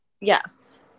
Yes